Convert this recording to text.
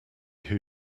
who